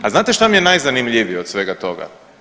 A znate šta mi je najzanimljivije od svega toga?